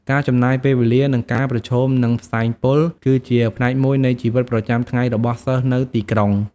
ការចំណាយពេលវេលានិងការប្រឈមនឹងផ្សែងពុល គឺជាផ្នែកមួយនៃជីវិតប្រចាំថ្ងៃរបស់សិស្សនៅទីក្រុង។